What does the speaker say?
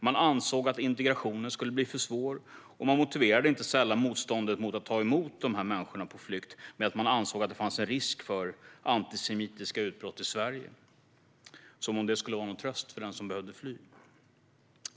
Man ansåg att integrationen skulle bli för svår, och man motiverade inte sällan motståndet mot att ta emot dessa människor på flykt med att man ansåg att det fanns en risk för antisemitiska utbrott i Sverige - som om det skulle vara någon tröst för den som behövde fly.